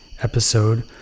episode